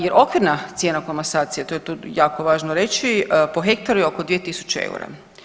Jer okvirna cijena komasacije, to je tu jako važno reći, po hektaru je oko 2 tisuće eura.